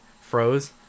froze